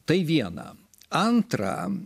tai viena antra